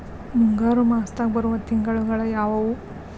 ಮುಂಗಾರು ಮಾಸದಾಗ ಬರುವ ತಿಂಗಳುಗಳ ಯಾವವು?